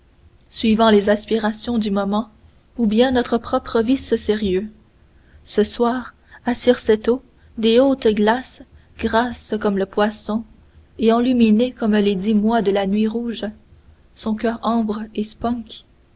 suivant les aspirations du moment ou bien notre propre vice sérieux ce soir à circeto des hautes glaces grasse comme le poisson et enluminée comme les dix mois de la nuit rouge